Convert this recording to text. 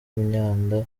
imyanda